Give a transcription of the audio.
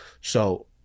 So-